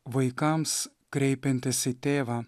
vaikams kreipiantis į tėvą